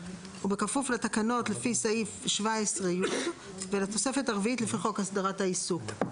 ובכפוף לתקנות לפי סעיף 17י ולתוספת הרביעית לפי חוק הסדרת העיסוק,